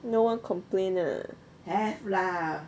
no one complain ah